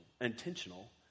intentional